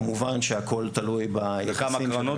כמובן שהכול תלוי ביחסים.